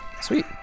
sweet